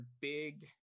big